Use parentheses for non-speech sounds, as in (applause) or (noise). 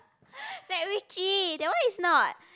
(breath) MacRitchie that one is not